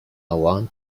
want